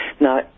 Now